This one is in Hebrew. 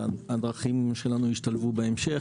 שהדרכים שלנו ישתלבו בהמשך,